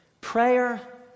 Prayer